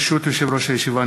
ברשות יושב-ראש הישיבה,